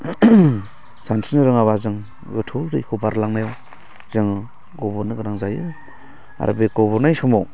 सानस्रिनो रोङाबा जों गोथौ दैखौ बारलांनायाव जोङो गबनो गोनां जायो आरो बे गबनाय समाव